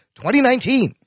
2019